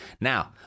Now